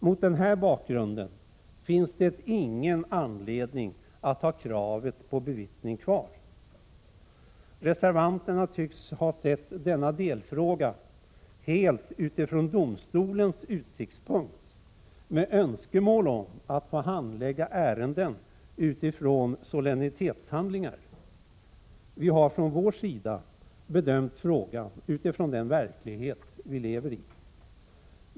Mot den här bakgrunden finns det ingen anledning att ha kravet på bevittning kvar. Reservanterna tycks ha sett denna delfråga helt från domstolens utsiktspunkt med önskemål om att få handlägga ärenden med utgångspunkt i solennitetshandlingar. Vi har från vår sida bedömt frågan utifrån den verklighet vi lever i.